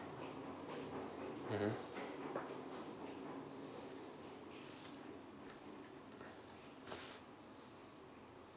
mmhmm